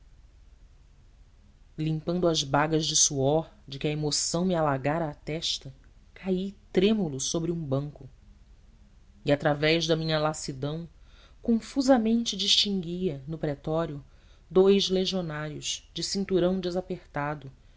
limpando as bagas de suor de que a emoção me alagara a testa caí trêmulo sobre um banco e através da minha lassidão confusamente distinguia no pretório dous legionários de cinturão desapertado